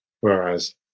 whereas